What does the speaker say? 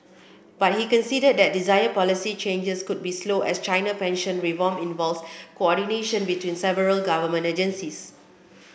but he conceded that desired policy changes could be slow as China pension reform involves coordination between several government agencies